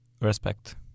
Respect